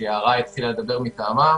שיערה התחילה לדבר מטעמה,